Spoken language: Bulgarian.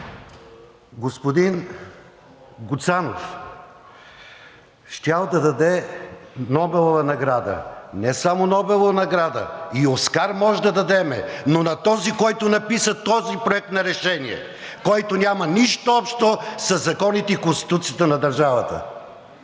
Господин Гуцанов щял да даде Нобелова награда. Не само Нобелова награда, и „Оскар“ може да дадем, но на този, който написа този проект на решение, който няма нищо общо със законите и Конституцията на държавата.